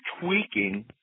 tweaking